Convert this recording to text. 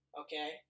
Okay